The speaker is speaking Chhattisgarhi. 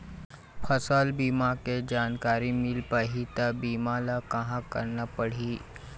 फसल बीमा के जानकारी मिल पाही ता बीमा ला कहां करना पढ़ी?